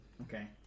Okay